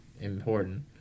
important